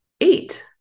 eight